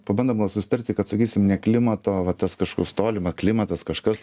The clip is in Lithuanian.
pabandom gal susitarti kad sakysim ne klimato va tas kažkos tolima klimatas kažkas